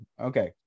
okay